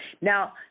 Now